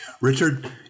Richard